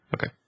Okay